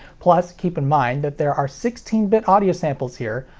plus, keep in mind that there are sixteen bit audio samples here,